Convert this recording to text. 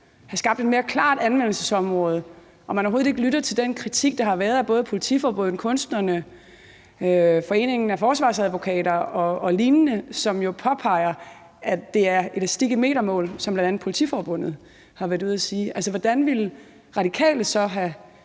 have skabt et mere klart anvendelsesområde, og om man overhovedet ikke lytter til den kritik, der er kommet fra både Politiforbundet, kunstnerne, Landsforeningen af Forsvarsadvokater og lignende, som jo påpeger, at det er elastik i metermål, hvad bl.a. Politiforbundet har været ude at sige. Hvordan ville Radikale så have